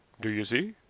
do you see?